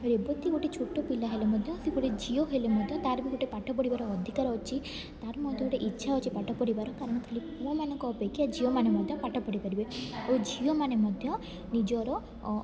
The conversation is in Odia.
ରେବତୀ ଗୋଟେ ଛୋଟ ପିଲା ହେଲେ ମଧ୍ୟ ସେ ଗୋଟେ ଝିଅ ହେଲେ ମଧ୍ୟ ତା'ର ବି ଗୋଟେ ପାଠ ପଢ଼ିବାର ଅଧିକାର ଅଛି ତା'ର ମଧ୍ୟ ଗୋଟେ ଇଚ୍ଛା ଅଛି ପାଠ ପଢ଼ିବାର କାରଣ ଖାଲି ପୁଅମାନଙ୍କ ଅପେକ୍ଷା ଝିଅମାନେ ମଧ୍ୟ ପାଠ ପଢ଼ିପାରିବେ ଓ ଝିଅମାନେ ମଧ୍ୟ ନିଜର